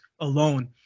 alone